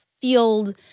field